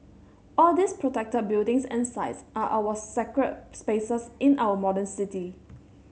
all these protected buildings and sites are our sacred spaces in our modern city